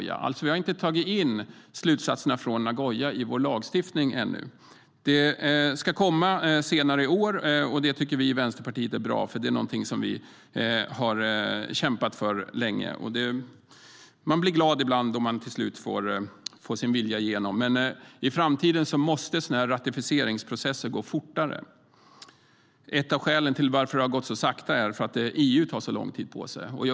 Vi har alltså inte tagit in slutsatserna från Nagoya i vår lagstiftning ännu. Det ska komma senare i år, och det tycker Vänsterpartiet är bra. Det har vi kämpat för länge. Man blir glad ibland om man till slut får sin vilja igenom. Men i framtiden måste sådana ratificeringsprocesser gå fortare. Ett av skälen till att det har gått så sakta är att EU tar lång tid på sig.